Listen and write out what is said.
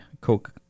Coke